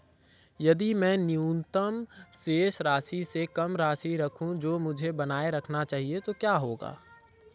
यदि मैं न्यूनतम शेष राशि से कम राशि रखूं जो मुझे बनाए रखना चाहिए तो क्या होगा?